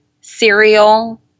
cereal